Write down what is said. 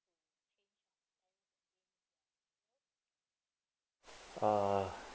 err